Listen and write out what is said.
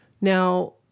Now